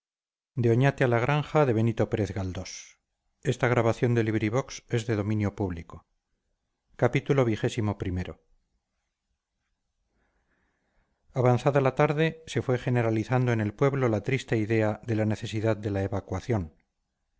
contra porras avanzada la tarde se fue generalizando en el pueblo la triste idea de la necesidad de la evacuación